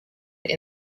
only